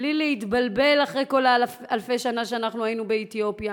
בלי להתבלבל אחרי כל אלפי השנים שאנחנו היינו באתיופיה,